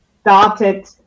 started